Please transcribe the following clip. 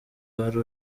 wari